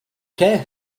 care